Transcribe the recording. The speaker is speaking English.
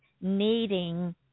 needing